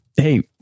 Hey